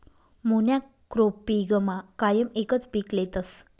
मोनॉक्रोपिगमा कायम एकच पीक लेतस